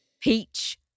Peach